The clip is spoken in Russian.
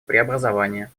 преобразования